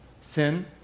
Sin